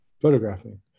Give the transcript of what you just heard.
photographing